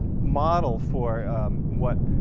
model for what